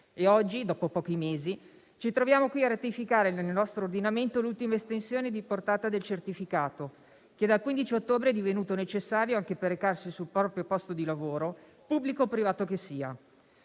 Oggi, dopo pochi mesi, ci troviamo qui a ratificare nel nostro ordinamento l'ultima estensione di portata del certificato, che dal 15 ottobre è divenuto necessario anche per recarsi sul proprio posto di lavoro, pubblico o privato che sia.